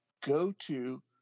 go-to